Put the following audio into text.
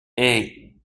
eight